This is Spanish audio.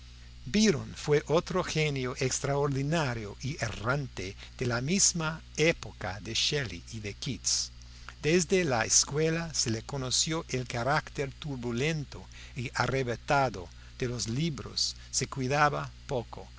byron fue otro genio extraordinario y errante de la misma época de shelley y de keats desde la escuela se le conoció el carácter turbulento y arrebatado de los libros se cuidaba poco